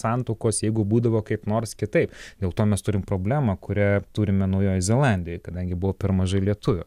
santuokos jeigu būdavo kaip nors kitaip dėl to mes turim problemą kurią turime naujojoj zelandijoj kadangi buvo per mažai lietuvių